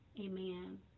Amen